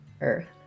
Earth